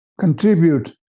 contribute